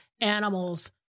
animals